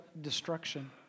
destruction